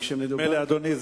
אדוני,